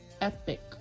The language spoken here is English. epic